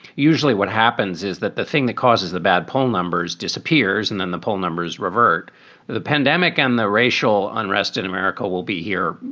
usually what happens is that the thing that causes the bad poll numbers disappears and then the poll numbers revert to the pandemic and the racial unrest in america will be here.